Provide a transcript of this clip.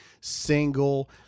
single